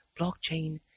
blockchain